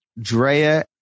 Drea